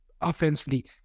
offensively